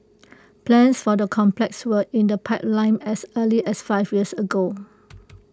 plans for the complex were in the pipeline as early as five years ago